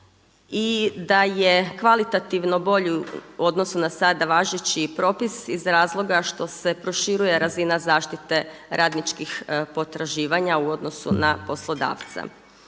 i da je kvalitativno bolji u odnosu na sada važeći propis iz razloga što se proširuje razina zaštite radničkih potraživanja u odnosu na poslodavca.